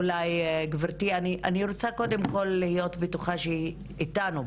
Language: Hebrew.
אני רוצה קודם כל להיות בטוחה שהיא איתנו.